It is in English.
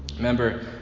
remember